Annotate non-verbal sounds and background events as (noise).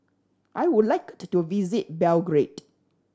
I would like (unintelligible) to visit Belgrade